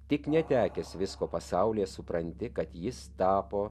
tik netekęs visko pasaulyje supranti kad jis tapo